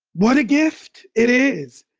what a gift it is,